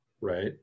Right